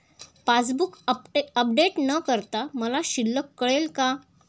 Passbook update न करता मला शिल्लक कळेल का?